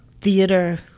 theater